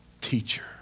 teacher